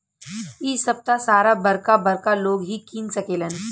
इ सभ त सारा बरका बरका लोग ही किन सकेलन